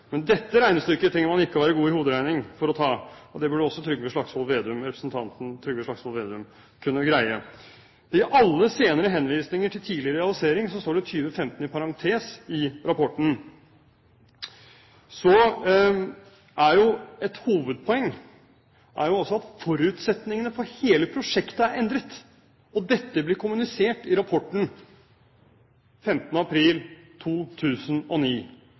men da må man være meget god i hoderegning. Dette regnestykket trenger man ikke å være god i hoderegning for å ta, og det burde også representanten Trygve Slagsvold Vedum kunne greie. I alle senere henvisninger til tidlig realisering står det i rapporten 2015 i parentes. Et hovedpoeng er at forutsetningene for hele prosjektet er endret. Dette ble kommunisert i rapporten 15. april 2009.